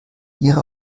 ihre